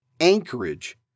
Anchorage